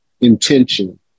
intention